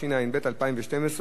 התשע"ב 2012,